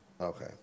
Okay